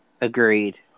Agreed